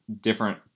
different